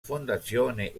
fondazione